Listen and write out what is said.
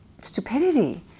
stupidity